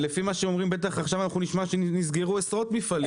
לפי מה שאומרים בטח עכשיו נשמע שנסגרו עשרות מפעלים.